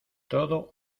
todo